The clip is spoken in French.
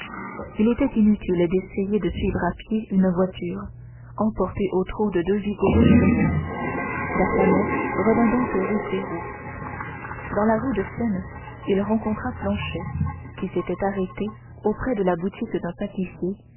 il était inutile d'essayer de suivre à pied une voiture emportée au trot de deux vigoureux chevaux d'artagnan revint donc rue férou dans la rue de seine il rencontra planchet qui était arrêté devant la boutique d'un pâtissier